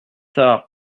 tard